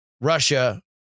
Russia